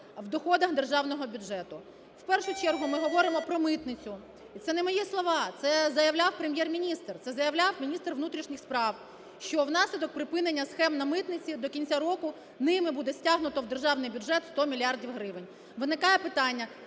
в доходах Державного бюджету. В першу чергу, ми говоримо про митницю, і це не мої слова, це заявляв Прем'єр-міністр, це заявляв міністр внутрішніх справ, що внаслідок припинення схем на митниці до кінця року ними буде стягнуто в Державний бюджет 100 мільярдів гривень. Виникає питання: